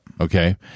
Okay